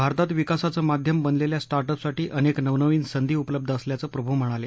भारतात विकासाचं माध्यम बनललेल्या स्टार्टअपसाठी अनेक नवनवीन संधी उपलब्ध असल्याचं प्रभ् म्हणाले